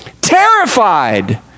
terrified